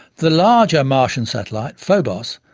the larger martian satellite, phobos,